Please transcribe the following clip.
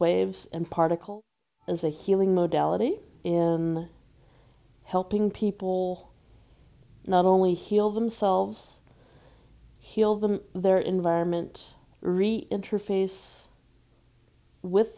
waves and particles as a healing modalities in helping people not only heal themselves heal them their environment re interface with